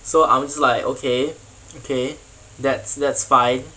so I'm just like okay okay that's that's fine